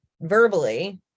verbally